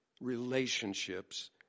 Relationships